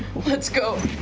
let's go.